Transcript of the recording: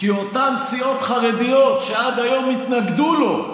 כי אותן סיעות חרדיות, שעד היום התנגדו לו,